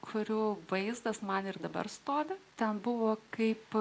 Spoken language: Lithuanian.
kurių vaizdas man ir dabar stovi ten buvo kaip